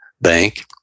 Bank